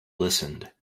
listened